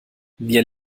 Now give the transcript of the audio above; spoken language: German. wir